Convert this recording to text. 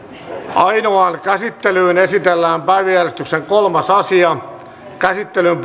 ainoaan käsittelyyn esitellään päiväjärjestyksen kolmas asia käsittelyn